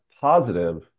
positive